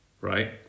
right